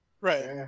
Right